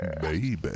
Baby